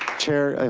chair,